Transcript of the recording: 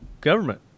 government